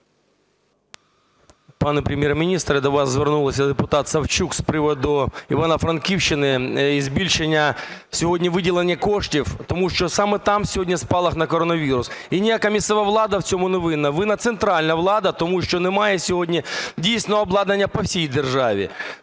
Пане Прем'єр-міністре, до вас звернулася депутат Савчук з приводу Івано-Франківщини і збільшення сьогодні виділення коштів, тому що саме там сьогодні спалах на коронавірус. І ніяка місцева влада в цьому не винна. Ви не центральна влада, тому що немає сьогодні дійсно обладнання по всій державі.